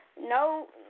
No